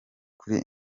kuri